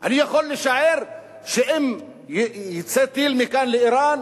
אני יכול לשער שאם יצא טיל מכאן לאירן